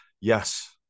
yes